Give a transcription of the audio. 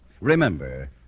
Remember